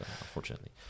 unfortunately